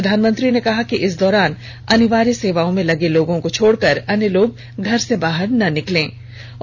प्रधानमंत्री ने कहा कि इस दौरान अनिवार्य सेवाओं में लगे लोगों को छोड़कर अन्य लोग घर से बाहर नहीं निकलेंगे